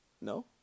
No